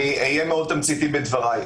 אני אהיה מאוד תמציתי בדבריי.